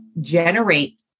generate